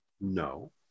No